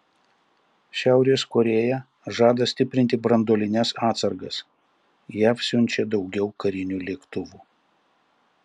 šiaurės korėja žada stiprinti branduolines atsargas jav siunčia daugiau karinių lėktuvų